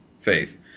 faith